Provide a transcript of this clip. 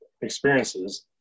experiences